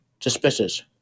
suspicious